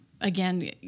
again